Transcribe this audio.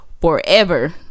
forever